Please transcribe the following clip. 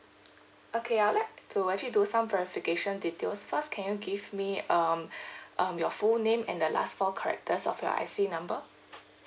okay I'll like to actually do some verification details first can you give me um um your full name and the last four characters of your I_C number